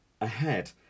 Ahead